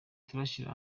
turashyira